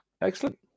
excellent